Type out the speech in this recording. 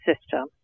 system